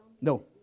No